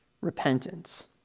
repentance